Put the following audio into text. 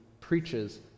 preaches